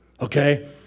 okay